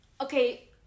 Okay